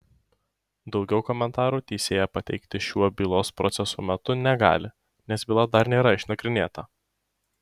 daugiau komentarų teisėja pateikti šiuo bylos proceso metu negali nes byla dar nėra išnagrinėta